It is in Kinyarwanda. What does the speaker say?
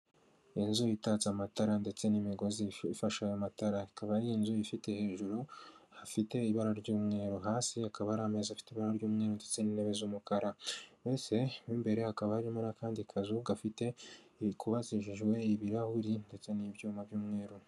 Inzu itatse amatara ndetse n'imigozi ifashe y'amatara ikaba ari inzu ifite hejuru hafite ibara ry'umweru, hasi hakaba hari amezi afite ibara ry'umweru ndetse n'intebe z'umukara, mbese mo imbere hakaba harimo akandi kazu gafite ibikuba zijejwe ibirahuri ndetse n'ibyuma by'umweru.